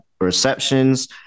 receptions